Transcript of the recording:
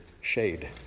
shade